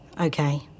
okay